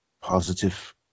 positive